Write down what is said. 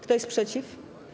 Kto jest przeciw?